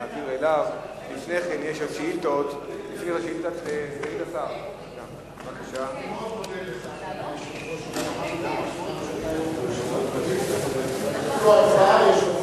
לתיקון תקנון הכנסת הכוללת תיקונים אלה: 1. תיקון סעיף 25,